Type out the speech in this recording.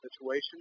situation